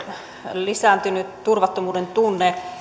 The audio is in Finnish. lisääntynyt turvattomuuden tunne